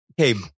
Okay